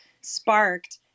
sparked